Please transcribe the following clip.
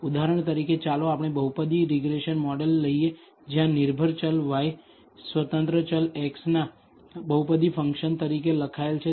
ઉદાહરણ તરીકે ચાલો આપણે બહુપદી રીગ્રેસન મોડેલ લઈએ જ્યાં નિર્ભર ચલ y સ્વતંત્ર ચલ x ના બહુપદી ફંકશન તરીકે લખાયેલ છે